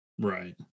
Right